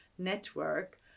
network